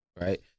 right